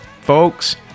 Folks